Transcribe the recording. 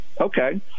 Okay